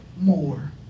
more